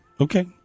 Okay